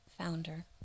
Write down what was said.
founder